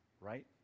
right